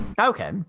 okay